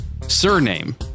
surname